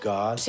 God